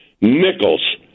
Nichols